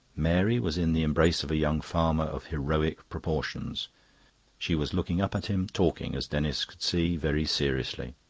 mary was in the embrace of a young farmer of heroic proportions she was looking up at him, talking, as denis could see, very seriously.